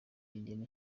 igena